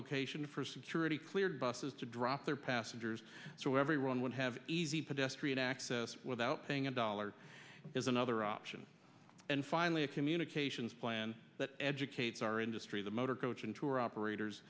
location for security cleared buses to drop their passengers so everyone would have easy pedestrian access without paying a dollar is another option and finally a communications plan that educates our industry the motor coach and tour operators